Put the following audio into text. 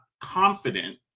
confident